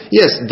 yes